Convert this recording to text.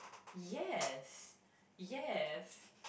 yes yes